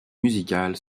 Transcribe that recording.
musicale